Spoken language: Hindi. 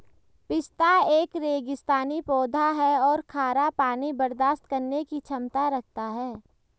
पिस्ता एक रेगिस्तानी पौधा है और खारा पानी बर्दाश्त करने की क्षमता रखता है